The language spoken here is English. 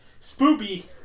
Spoopy